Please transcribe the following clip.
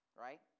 right